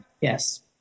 Yes